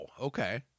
Okay